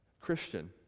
Christian